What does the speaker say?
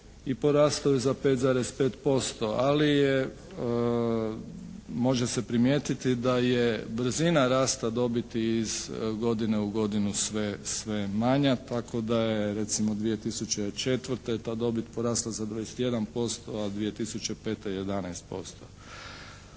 i porastao je za 5,5% ali je može se primijetiti da je brzina rasta dobiti iz godine u godinu sve manja tako da je recimo 2004. ta dobit porasla za 21%, a 2005. 11%.